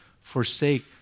Forsake